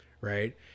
right